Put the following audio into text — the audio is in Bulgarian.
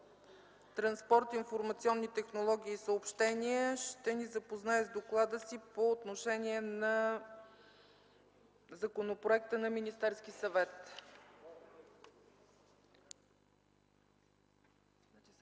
транспорт, информационни технологии и съобщения ще ни запознае с доклада си по отношение на законопроекта на Министерския съвет. ДОКЛАДЧИК